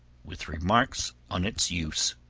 with remarks on its use,